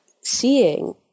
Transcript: seeing